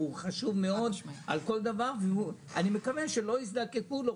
הוא נוגע לכל דבר ואני מקווה שלא נזדקק לו,